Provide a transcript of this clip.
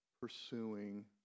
pursuing